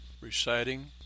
reciting